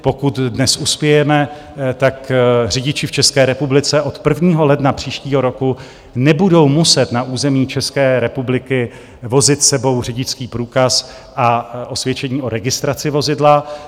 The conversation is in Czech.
Pokud dnes uspějeme, tak řidiči v České republice od 1. ledna příštího roku nebudou muset na území České republiky vozit s sebou řidičský průkaz a osvědčení o registraci vozidla.